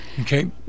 Okay